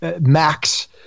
max